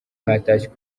hatashywe